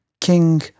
King